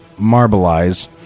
marbleize